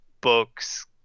books